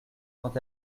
quand